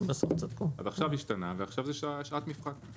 אז עכשיו זה השתנה, ועכשיו זה שעת מבחן.